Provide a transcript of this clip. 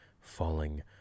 falling